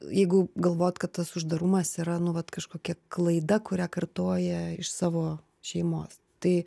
jeigu galvot kad tas uždarumas yra nu vat kažkokia klaida kurią kartoja iš savo šeimos tai